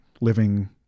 living